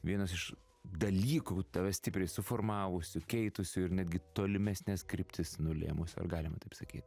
vienas iš dalykų tave stipriai suformavusių keitusių ir netgi tolimesnes kryptis nulėmusių ar galima taip sakyt